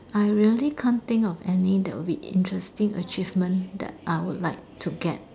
I really can't think of any that will be interesting achievement that I would like to get